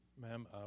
Ma'am